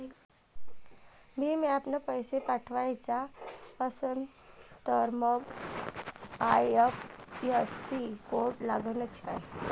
भीम ॲपनं पैसे पाठवायचा असन तर मंग आय.एफ.एस.सी कोड लागनच काय?